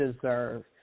deserve